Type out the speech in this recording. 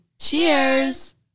Cheers